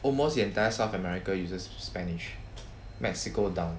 almost the entire south america uses spanish mexico down